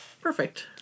Perfect